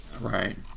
Right